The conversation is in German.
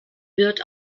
wird